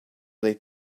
they